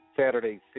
Saturday